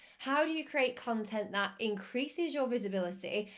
how do you create content that increases your visibility,